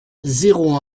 zéro